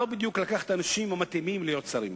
לא בדיוק לקח את האנשים המתאימים להיות שרים.